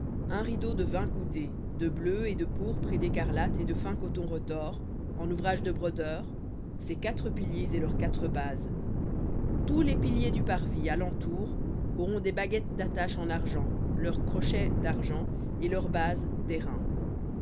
un rideau de vingt coudées de bleu et de pourpre et d'écarlate et de fin coton retors en ouvrage de brodeur ses quatre piliers et leurs quatre bases tous les piliers du parvis à l'entour auront des baguettes d'attache en argent leurs crochets d'argent et leurs bases